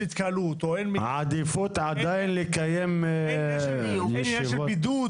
התקהלות ואין עניין של בידוד --- עדיפות לקיים ישיבות פיזיות.